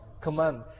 command